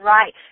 Right